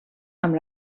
amb